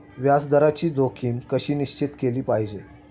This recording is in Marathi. व्याज दराची जोखीम कशी निश्चित केली पाहिजे